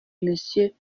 monsieur